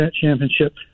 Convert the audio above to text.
championship